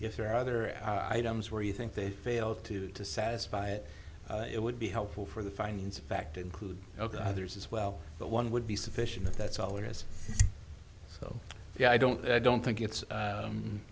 if there are other items where you think they fail to to satisfy it it would be helpful for the findings of fact include ok others as well but one would be sufficient if that's all there is so yeah i don't i don't think it's